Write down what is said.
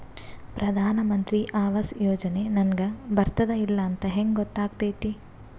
ಪ್ರಧಾನ ಮಂತ್ರಿ ಆವಾಸ್ ಯೋಜನೆ ನನಗ ಬರುತ್ತದ ಇಲ್ಲ ಅಂತ ಹೆಂಗ್ ಗೊತ್ತಾಗತೈತಿ?